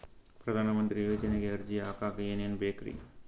ಪ್ರಧಾನಮಂತ್ರಿ ಯೋಜನೆಗೆ ಅರ್ಜಿ ಹಾಕಕ್ ಏನೇನ್ ಬೇಕ್ರಿ?